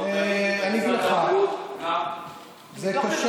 משרד הבריאות גם, אני אגיד לך, קשה